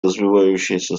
развивающаяся